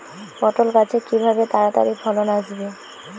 পটল গাছে কিভাবে তাড়াতাড়ি ফলন আসবে?